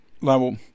level